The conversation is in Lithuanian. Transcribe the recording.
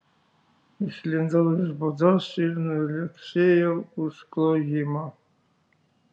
išlindau iš būdos ir nuliuoksėjau už klojimo